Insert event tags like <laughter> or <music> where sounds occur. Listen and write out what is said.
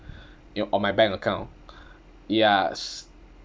yup on my bank account <breath> yes